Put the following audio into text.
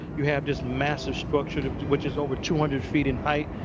you have this massive structure, which is over two hundred feet in height.